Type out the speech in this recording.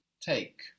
take